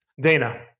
Dana